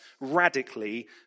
radically